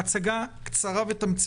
תסתכלו על החלק הכחול בהיר בגרף שמראה בעצם את